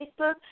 Facebook